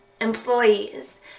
employees